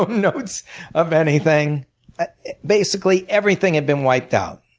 notes of anything basically everything had been wiped out.